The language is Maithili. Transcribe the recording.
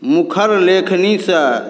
मुखर लेखनीसँ